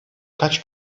kaç